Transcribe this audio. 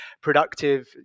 productive